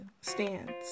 stands